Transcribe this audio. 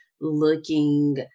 looking